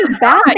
bad